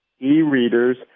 e-readers